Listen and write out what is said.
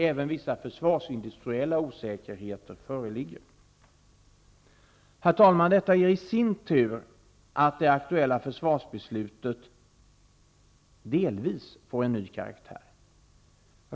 Även vissa försvarsindustriella osäkerheter föreligger. Detta innebär i sin tur att det aktuella försvarsbeslutet delvis får en ny karaktär.